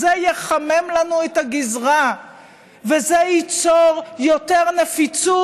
זה יחמם לנו את הגזרה וזה ייצור יותר נפיצות,